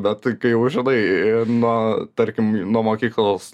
bet tai kai jau žinai nu tarkim nuo mokyklos